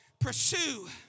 pursue